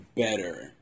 better